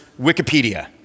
Wikipedia